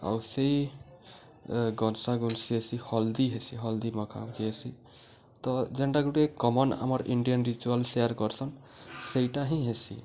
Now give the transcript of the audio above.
ଆଉ ସେଇ ଗଣ୍ସା ଗଣ୍ସି ହେସି ହଳଦୀ ହେସି ହଳଦୀ ମଖାମଖି ହେସି ତ ଯେନ୍ଟା ଗୁଟେ କମନ୍ ଆମର୍ ଇଣ୍ଡିଆନ ରିଚୁଆଲ ସେୟାର କରସନ୍ ସେଇଟା ହିଁ ହେସି